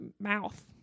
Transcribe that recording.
mouth